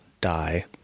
die